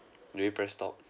do you press stop